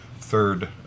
third